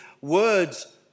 words